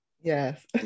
Yes